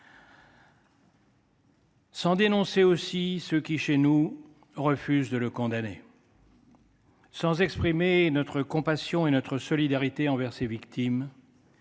sans dénoncer ceux qui, chez nous, refusent de le condamner ; sans exprimer notre compassion et notre solidarité envers ses victimes